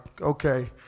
okay